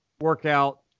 workout